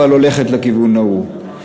אבל הולכת לכיוון ההוא.